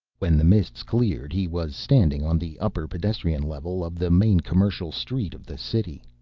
when the mists cleared, he was standing on the upper pedestrian level of the main commercial street of the city.